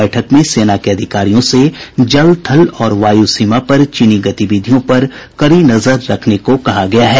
बैठक में सेना के अधिकारियों से जल थल और वायु सीमा पर चीनी गतिविधियों पर कड़ी नजर रखने को कहा गया है